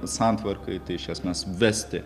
santvarkai tai iš esmės vesti